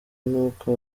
n’uko